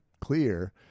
clear